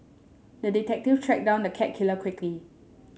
the detective tracked down the cat killer quickly